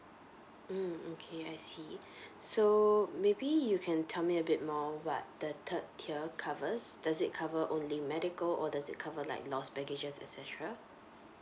mm okay I see so maybe you can tell me a bit more what the third tier covers does it cover only medical or does it cover like lost baggages et cetera